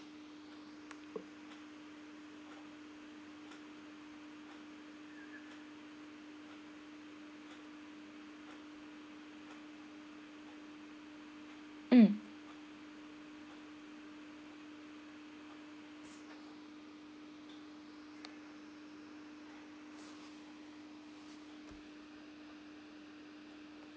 mm